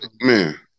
Man